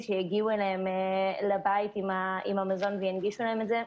שיגיעו לביתם עם המזון וינגישו להם את זה.